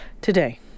today